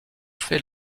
fait